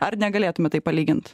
ar negalėtumėt taip palygint